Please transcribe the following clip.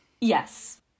Yes